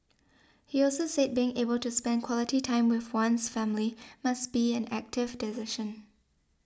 he also said being able to spend quality time with one's family must be an active decision